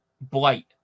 Blight